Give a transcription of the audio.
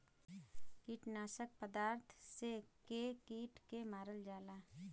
कीटनाशक पदार्थ से के कीट के मारल जाला